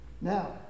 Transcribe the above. Now